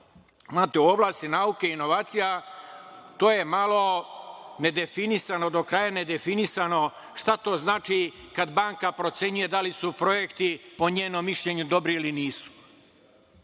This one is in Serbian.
u oblasti nauke i inovacija to je malo nedefinisano, do kraja nedefinisano šta to znači kada banka procenjuje da li su projekti po njenom mišljenju dobri ili nisu.